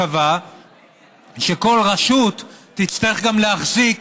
קבע המחוקק שכל רשות תצטרך גם להחזיק